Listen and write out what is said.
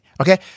Okay